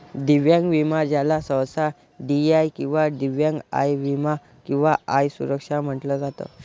दिव्यांग विमा ज्याला सहसा डी.आय किंवा दिव्यांग आय विमा किंवा आय सुरक्षा म्हटलं जात